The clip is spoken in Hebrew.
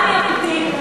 מה תמתיני?